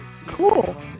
Cool